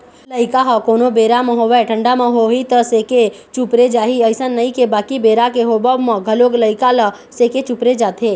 लइका ह कोनो बेरा म होवय ठंडा म होही त सेके चुपरे जाही अइसन नइ हे बाकी बेरा के होवब म घलोक लइका ल सेके चुपरे जाथे